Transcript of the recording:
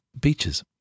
beaches